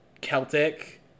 Celtic